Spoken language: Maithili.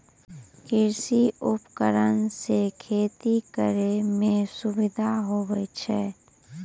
कृषि उपकरण से खेती करै मे सुबिधा हुवै छै